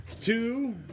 two